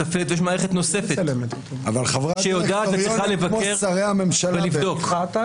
מתפעלת ויש מערכת נוספת שיודעת וצריכה לבקר ולבדוק.